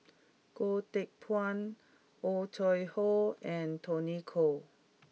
Goh Teck Phuan Oh Chai Hoo and Tony Khoo